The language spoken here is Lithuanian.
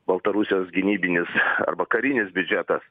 baltarusijos gynybinis arba karinis biudžetas